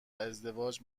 ازدواج